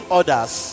others